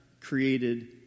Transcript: created